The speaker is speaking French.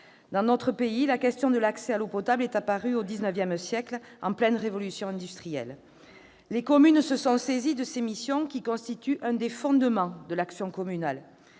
Dans notre pays, la question de l'accès à l'eau potable est apparue au XIX siècle, en pleine révolution industrielle. Les communes se sont saisies de ces missions, qui constituent l'un des fondements de l'action communale.